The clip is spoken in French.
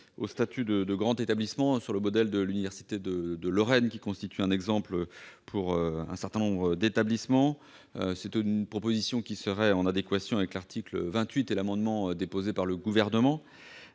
au statut de grand établissement, sur le modèle de l'université de Lorraine, qui constitue un exemple en la matière. Cette proposition est en adéquation avec l'article 28 et l'amendement déposé par le Gouvernement